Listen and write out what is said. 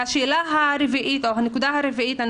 והנקודה הרביעית,